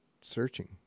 searching